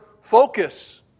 focus